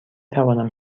توانم